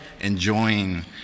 enjoying